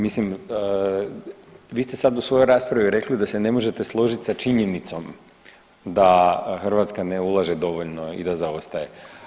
Mislim vi ste sad u svojoj raspravi rekli da se ne možete složiti sa činjenicom da Hrvatska ne ulaže dovoljno i da zaostaje.